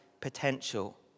potential